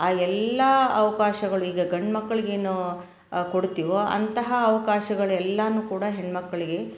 ಆ ಎಲ್ಲ ಅವಕಾಶಗಳು ಈಗ ಗಂಡು ಮಕ್ಕಳಿಗೇನು ಕೊಡ್ತೀವೋ ಅಂತಹ ಅವ್ಕಾಶಗಳೆಲ್ಲನ್ನು ಕೂಡ ಹೆಣ್ಣು ಮಕ್ಕಳಿಗೆ